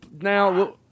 Now